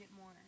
more